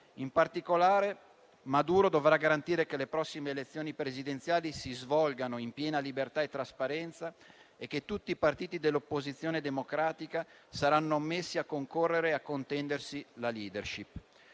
In particolare, Maduro dovrà garantire che le prossime elezioni presidenziali si svolgano in piena libertà e trasparenza e che tutti i partiti dell'opposizione democratica saranno messi in condizione di concorrere e contendersi la *leadership*.